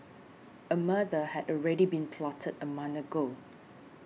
a murder had already been plotted a month ago